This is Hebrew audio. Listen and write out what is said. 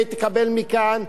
את זה תקבל מכאן,